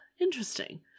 Interesting